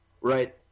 Right